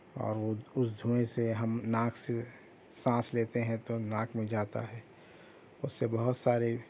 اور وہ اس دھویں سے ہم ناک سے سانس لیتے ہیں تو ناک میں جاتا ہے اس سے بہت سارے